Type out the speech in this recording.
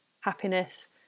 happiness